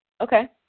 Okay